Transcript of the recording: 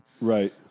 Right